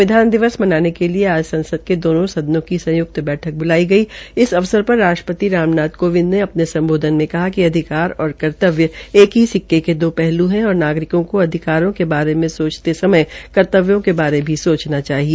संविधान दिवस मनाने के लिए आज संसद के दोनों सदनों की संय्क्त बैठक ब्लाई गई इस अवसर पर राष्ट्रपति राम नाथ कोविंद ने अपने सम्बोधन में कहा कि अधिकार और कर्तव्य एक ही सिक्के के दो पहल् है और नागरिकों को अधिकारों के बारे में सोचते समय कर्तव्यों के बारे में भी सोचना चाहिए